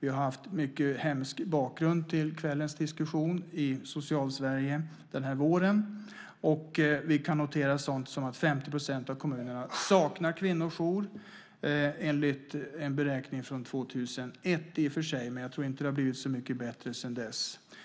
Vi har haft en mycket hemsk vår i Social-Sverige som bakgrund till kvällens diskussion. Och vi kan notera sådant som att 50 % av kommunerna saknar kvinnojourer, enligt en beräkning från 2001 i och för sig, men jag tror inte att det har blivit så mycket bättre sedan dess.